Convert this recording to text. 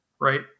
right